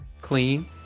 clean